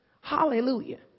Hallelujah